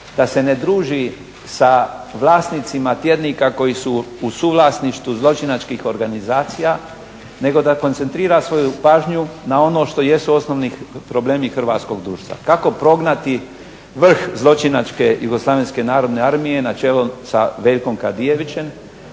da se ne druži sa vlasnicima tjednika koji su u suvlasništvu zločinačkih organizacija nego da koncentrira svoju pažnju na ono što jesu osnovni problemi hrvatskog društva, kako prognati vrh zločinačke Jugoslavenske narodne armije na čelu sa Veljkom Kadijevićem,